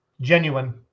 Genuine